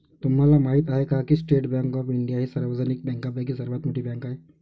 तुम्हाला माहिती आहे का की स्टेट बँक ऑफ इंडिया ही सार्वजनिक बँकांपैकी सर्वात मोठी बँक आहे